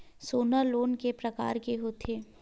सोना लोन के प्रकार के होथे?